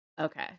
Okay